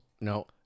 No